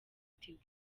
tigo